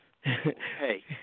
hey